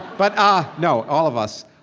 but, ah, no, all of us,